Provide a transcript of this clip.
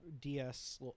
DS